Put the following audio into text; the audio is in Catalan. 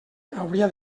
hauria